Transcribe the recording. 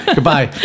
Goodbye